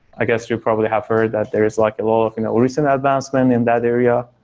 i guess you probably have heard that there is like a lot of you know recent advancement in that area,